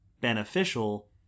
beneficial